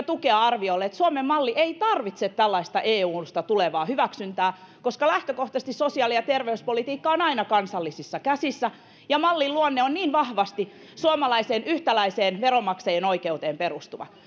tukea arviolle että suomen malli ei tarvitse tällaista eusta tulevaa hyväksyntää koska lähtökohtaisesti sosiaali ja terveyspolitiikka on aina kansallisissa käsissä ja mallin luonne on niin vahvasti suomalaiseen veronmaksajien yhtäläiseen oikeuteen perustuva